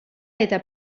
eta